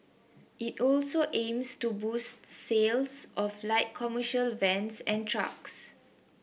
it also aims to boost sales of light commercial vans and trucks